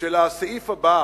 של הסעיף הבא